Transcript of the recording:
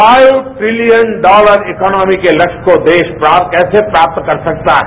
phi trillion dollar economy के लक्ष्य को देश कैसे प्राप्त कर सकता है